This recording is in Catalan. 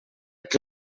què